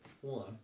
one